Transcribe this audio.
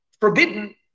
forbidden